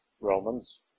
Romans